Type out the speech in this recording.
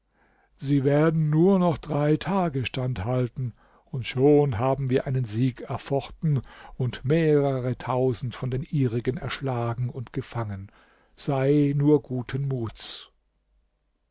sie werden nur noch drei tage standhalten schon haben wir einen sieg erfochten und mehrere tausende von den ihrigen erschlagen und gefangen sei nur guten muts